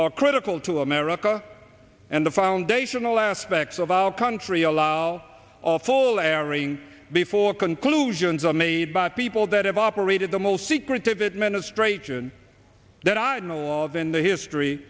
are critical to america and the foundational aspects of our country a lot of full airing before conclusions are made by people that have operated the most secretive administrator and that i know of in the history